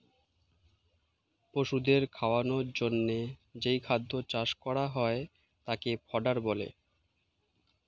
পশুদের খাওয়ানোর জন্যে যেই খাদ্য চাষ করা হয় তাকে ফডার বলে